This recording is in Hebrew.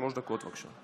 שלוש דקות, בבקשה.